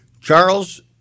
Charles